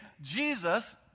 Jesus